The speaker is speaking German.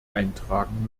eintragen